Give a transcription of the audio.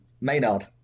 Maynard